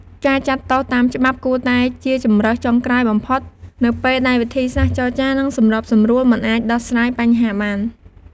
ការចាត់ទោសតាមច្បាប់ គួរតែជា ជម្រើសចុងក្រោយបំផុត នៅពេលដែលវិធីសាស្ត្រចរចា និងសម្របសម្រួលមិនអាចដោះស្រាយបញ្ហាបាន។